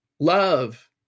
Love